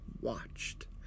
watched